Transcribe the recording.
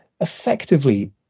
effectively